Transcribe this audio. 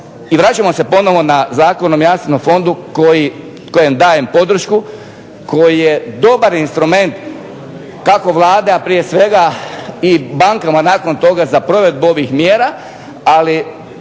i vraćamo se ponovno na Zakon o Jamstvenom fondu kojem dajem podršku, koji je dobar instrument kako Vlada, a prije svega i bankama nakon toga za provedbu ovih mjera, ali